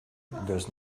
does